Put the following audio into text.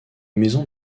maisons